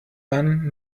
dann